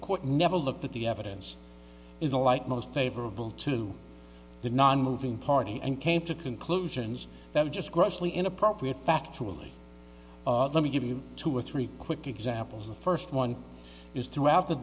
court never looked at the evidence is a light most favorable to the nonmoving party and came to conclusions that were just grossly inappropriate factor with let me give you two or three quick examples the first one is throughout the